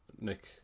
Nick